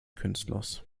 künstlers